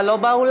אבל לא באולם,